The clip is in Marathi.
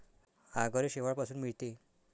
आगर हे शेवाळापासून मिळते